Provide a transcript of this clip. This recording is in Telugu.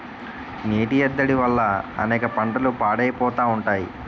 నీటి ఎద్దడి వల్ల అనేక పంటలు పాడైపోతా ఉంటాయి